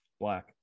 black